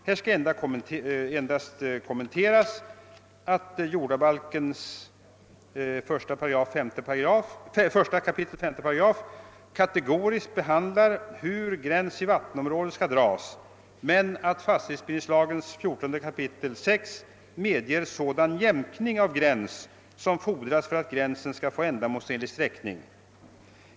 Här skall endast sägas att jordabalkens 1 kap. 5 § kategoriskt behandlar hur gräns i vattenområdet skall dras men att fastighetsbildningslagens 14 kap. 6 8 medger jämkning av gräns som fordras för att gränsen skall få ändamålsenlig sträckning.